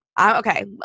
okay